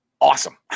awesome